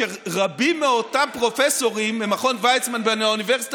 רבים מאותם פרופסורים במכון ויצמן ובאוניברסיטה